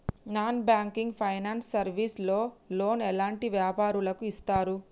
Non banking finance service లో loan ఎలాంటి వ్యాపారులకు ఇస్తరు?